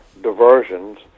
diversions